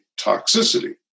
toxicity